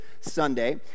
Sunday